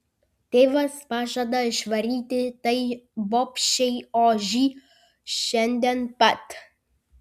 tėvas pažada išvaryti tai bobšei ožį šiandien pat